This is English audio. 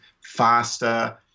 faster